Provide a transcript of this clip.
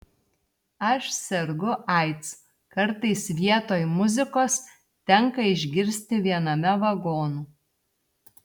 aš sergu aids kartais vietoj muzikos tenka išgirsti viename vagonų